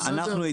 זה בסדר?